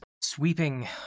Sweeping